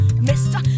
mister